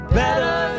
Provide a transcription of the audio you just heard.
better